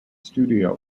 studio